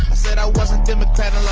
said i wasn't democrat